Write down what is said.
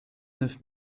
neuf